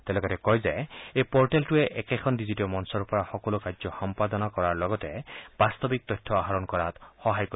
তেওঁ লগতে কয় যে এই পৰ্টেলটোৱে একেখন ডিজিটিয় মঞ্চৰ পৰা সকলো কাৰ্য সম্পাদন কৰাৰ লগতে বাস্তৱিক তথ্য আহৰণ কৰাত সহায় কৰিব